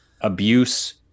Abuse